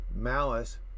malice